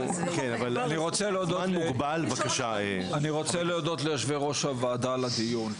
אני רוצה להודות ליושבי ראש הוועדה על הדיון.